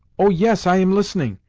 oh yes, i am listening.